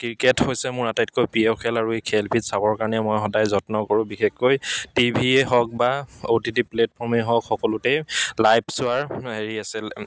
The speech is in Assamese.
ক্ৰিকেট হৈছে মোৰ আটাইতকৈ প্ৰিয় খেল আৰু এই খেলবিধ চাবৰ কাৰণে মই সদায় যত্ন কৰোঁ বিশেষকৈ টি ভিয়েই হওক বা অ' টি টি প্লেটফৰ্মেই হওক সকলোতেই লাইভ চোৱাৰ হেৰি আছিল